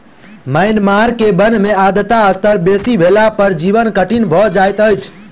Myanmar के वन में आर्द्रता स्तर बेसी भेला पर जीवन कठिन भअ जाइत अछि